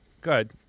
good